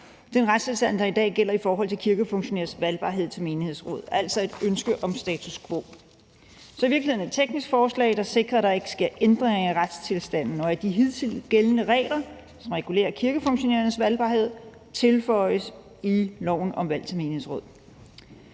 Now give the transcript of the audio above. den retstilstand, der i dag gælder i forhold til kirkefunktionærers valgbarhed til menighedsråd, altså et ønske om status quo. Så det er i virkeligheden et teknisk forslag, der sikrer, at der ikke sker ændringer i retstilstanden, og at de hidtil gældende regler, der regulerer kirkefunktionærers valgbarhed, tilføjes i loven om valg til menighedsråd.